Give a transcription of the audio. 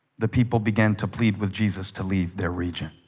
the people began to plead with jesus to leave their region